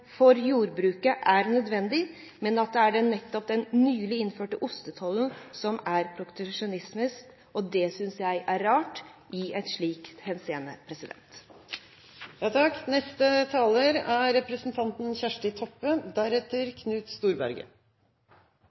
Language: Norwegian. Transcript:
for jordbruket er nødvendig, men at det nettopp er den nylig innførte ostetollen som er proteksjonistisk. Det synes jeg er rart i et slikt